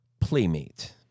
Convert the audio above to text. playmate